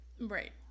Right